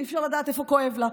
אי-אפשר לדעת איפה כואב לה.